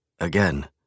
Again